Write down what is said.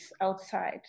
outside